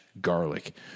garlic